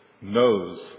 knows